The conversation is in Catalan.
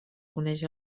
coneix